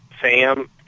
Sam